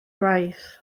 gwaith